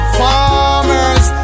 farmers